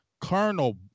Colonel